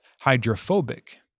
hydrophobic